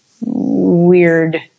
weird